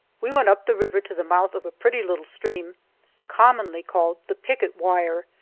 we went up the river to the mouth of a pretty little stream commonly called the picket wire,